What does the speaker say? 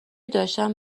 داشتم